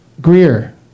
Greer